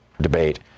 debate